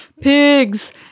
pigs